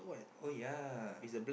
oh yeah